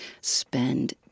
spend